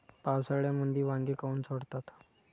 पावसाळ्यामंदी वांगे काऊन सडतात?